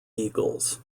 eagles